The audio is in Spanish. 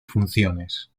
funciones